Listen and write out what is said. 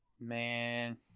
Man